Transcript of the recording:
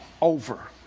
over